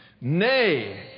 Nay